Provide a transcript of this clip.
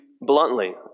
bluntly